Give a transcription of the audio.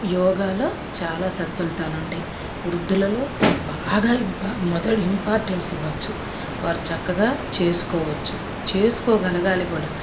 యోగాలో చాలా సత్ఫలితాలు ఉంటాయి వృద్దులలో బాగా మొదటి ఇంపార్టెన్స్ ఇవ్వచ్చు వారు చక్కగా చేసుకోవచ్చు చేసుకోగలగాలి కూడా